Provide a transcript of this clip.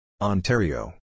Ontario